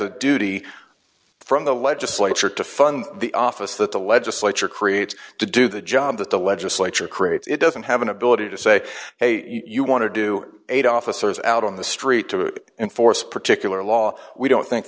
a duty from the legislature to fund the office that the legislature creates to do the job that the legislature creates it doesn't have an ability to say hey you want to do eight officers out on the street to enforce a particular law we don't think